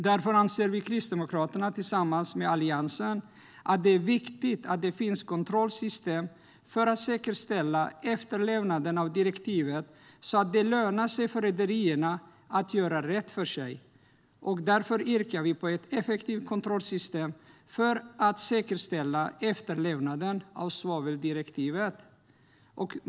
Därför anser vi kristdemokrater tillsammans med Alliansen att det är viktigt att det finns kontrollsystem för att säkerställa efterlevnaden av direktivet så att det lönar sig för rederierna att göra rätt för sig. Därför yrkar vi att det ska införas ett effektivt kontrollsystem för att säkerställa efterlevnaden av svaveldirektivet.